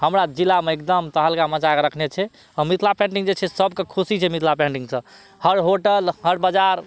हमरा जिलामे एकदम तहलका मचाकऽ रखने छै आओर मिथिला पेन्टिंग जे छै सबके खुशी छै मिथिला पेन्टिंगसँ हर होटल हर बजार